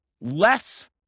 less